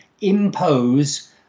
impose